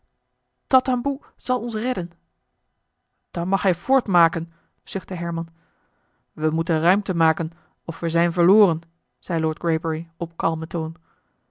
tatamboe zal ons redden dan mag hij voortmaken zuchtte herman we moeten ruimte maken of we zijn verloren zei lord greybury op kalmen toon